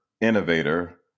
innovator